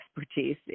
expertise